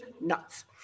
nuts